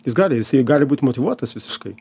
jis gali jisai gali būt motyvuotas visiškai